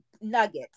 nuggets